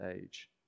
age